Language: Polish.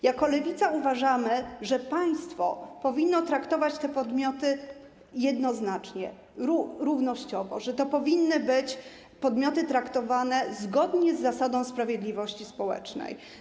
Jako Lewica uważamy, że państwo powinno traktować te podmioty jednoznacznie, równościowo, że podmioty powinny być traktowane zgodnie z zasadą sprawiedliwości społecznej.